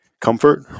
comfort